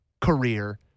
career